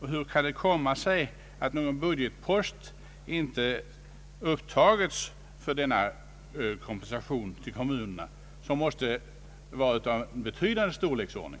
Hur kan det komma sig att någon budgetpost inte upptagits för denna kompensation till kommunerna, som måste vara av en betydande storleksordning?